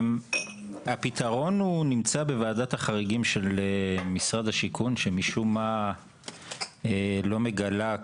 הפתרון נמצא בוועדת החריגים של משרד השיכון שמשום מה לא מגלה,